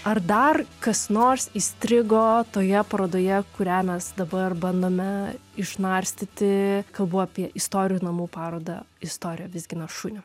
ar dar kas nors įstrigo toje parodoje kurią mes dabar bandome išnarstyti kalbu apie istorijų namų parodą istorija vizgina šunį